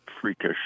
freakish